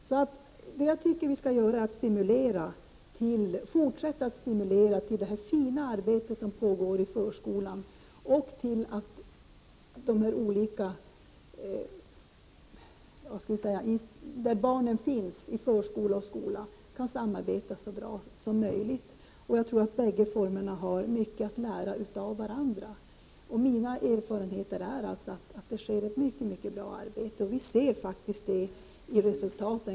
Vad jag tycker vi skall göra är att fortsätta att stimulera det fina arbete som pågår i förskolan och till ett så bra samarbete som möjligt mellan de institutioner där barnen finns, förskola och skola. Jag tror att bägge formerna har mycket att lära av varandra. Mina erfarenheter är att det sker ett mycket bra arbete. Vi ser faktiskt detta i resultaten.